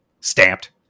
Stamped